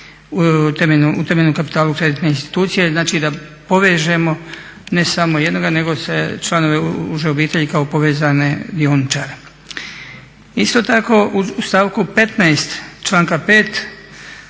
u temeljnom kapitalu kreditne institucije. Znači da povežemo ne samo jednoga nego se članovi uže obitelji kao povezane dioničare. Isto tako u stavku 15, članka 5.